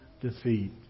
defeat